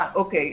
או.קיי.